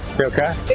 okay